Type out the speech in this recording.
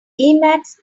emacs